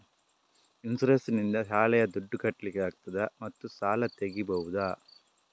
Insurance ನಿಂದ ಶಾಲೆಯ ದುಡ್ದು ಕಟ್ಲಿಕ್ಕೆ ಆಗ್ತದಾ ಮತ್ತು ಸಾಲ ತೆಗಿಬಹುದಾ?